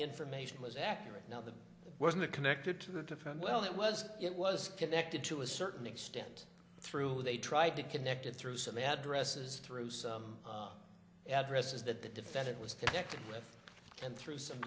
information was accurate now that wasn't connected to a different well that was it was connected to a certain extent through they tried to connect it through some addresses through some addresses that the defendant was connected with and through some